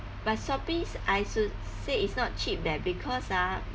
but shopee I should said it's not cheap leh because ah